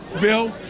Bill